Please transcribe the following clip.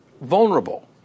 vulnerable